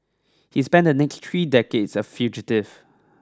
he spent the next three decades a fugitive